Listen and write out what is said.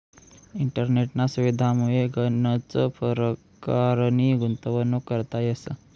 इंटरनेटना सुविधामुये गनच परकारनी गुंतवणूक करता येस